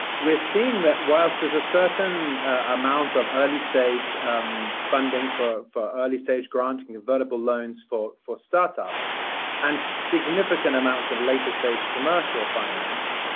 we're seeing that whilst there's a certain amount of early stage um funding for for early stage granting available loans for for startups and significant amounts of later-stage commercial finance,